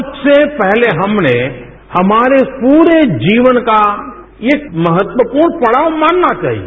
सबसे पहले हमने हमारे पूरे जीवन का एक महत्वपूर्ण पड़ाव मानना चाहिए